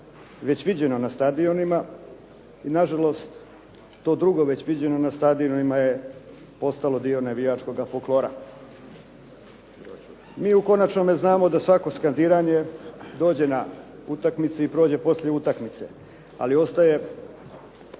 već viđeno na stadionima i nažalost to drugo već viđeno na stadionima je postalo dio navijačkoga folklora. Mi u konačnome znamo da svako skandiranje dođe na utakmici i prođe poslije utakmice ali ostaje,